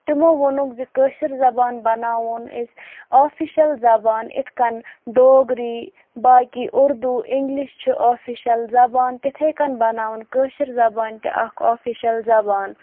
تِمو ووٚنُکھ زِ کٲشِر زبان بَناوون أسۍ آفِشَل زبان اِتھ کٔنۍ ڈوگری باقٕے اُردو اِنٛگلِش چھِ آفِشَل زبان تِتھَے کٔنۍ بَناوان کٲشِر زبان تہِ اَکھ آفِشَل زبان